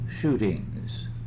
shootings